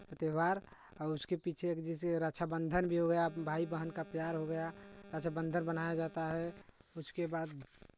त्यौहार और उसके पीछे जैसे रक्षा बन्धन भी हो गया भाई बहन का प्यार हो गया रक्षा बन्धन बनाया जाता है उसके बाद